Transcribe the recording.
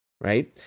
right